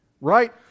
right